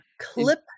clip